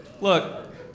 look